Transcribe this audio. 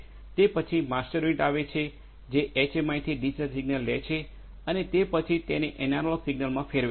તે પછી master unit આવે છે જે એચએમઆઈથી ડિજિટલ સિગ્નલ લે છે અને તે પછી તેને એનાલોગ સિગ્નલમાં ફેરવે છે